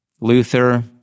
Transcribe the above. Luther